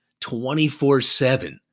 24-7